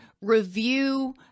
review